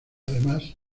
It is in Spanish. además